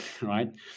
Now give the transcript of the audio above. right